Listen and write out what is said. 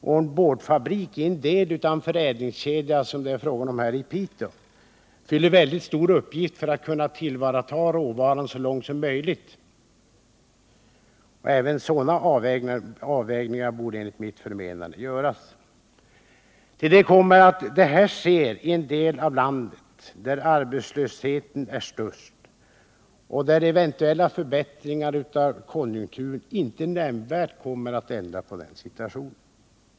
Om det såsom när det gäller boardfabriken i Piteå är fråga om en fabrik som utgör en del av en förädlingskedja och som fyller en väldigt stor uppgift för att man skall kunna tillvarata råvaran så långt som möjligt, då bör enligt mitt förmenande avvägningar göras så att även sådana frågor beaktas. Härtill kommer att detta sker i en del av landet där arbetslösheten är störst och där eventuella förbättringar av konjunkturen inte nämnvärt kommer att kunna ändra på den situationen.